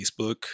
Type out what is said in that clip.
facebook